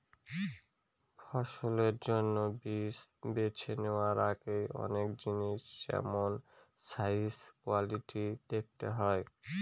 ফসলের জন্য বীজ বেছে নেওয়ার আগে অনেক জিনিস যেমল সাইজ, কোয়ালিটি দেখতে হয়